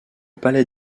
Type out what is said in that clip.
palais